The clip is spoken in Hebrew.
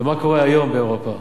ומה קורה היום באירופה.